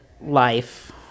life